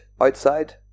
outside